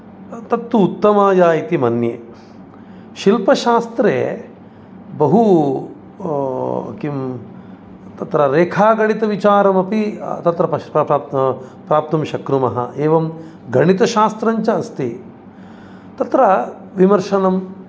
तत्तु उत्तमायै इति मन्ये शिल्पशास्त्रे बहु किं तत्र रेखागणितविचारमपि तत्र प्राप प्राप्तुं शक्नुमः एवं गणितशास्त्रञ्च अस्ति तत्र विमर्शनं